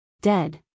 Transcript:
Dead